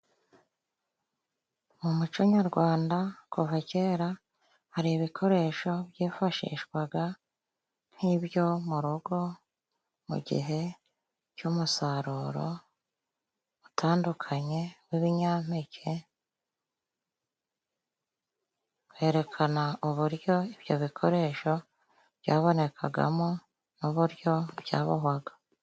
Mu muco nyarwanda kuva kera, hari ibikoresho byifashishwaga nk'ibyo mu rugo mu gihe cy'umusaruro utandukanye w'ibinyampeke, berekana uburyo ibyo bikoresho byabonekagamo n'uburyo byabohwaga.